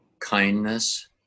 Kindness